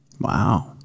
wow